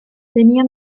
tenía